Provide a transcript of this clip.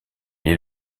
est